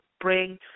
bring